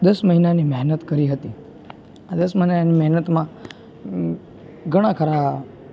દસ મહિનાની મહેનત કરી હતી આ દસ મહિનાની મહેનતમાં ઘણા ખરા